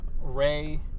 Ray